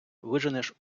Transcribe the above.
виженеш